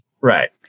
Right